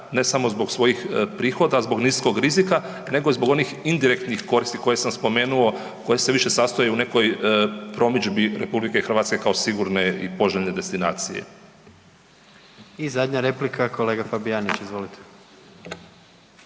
ne samo zbog svojih prihoda, zbog niskog rizika, nego zbog onih indirektnih koristi koje sam spomenuo koje se više sastoje u nekoj promidžbi RH kao sigurne i poželjne destinacije. **Jandroković, Gordan (HDZ)** I zadnja replika kolega Fabijanić, izvolite.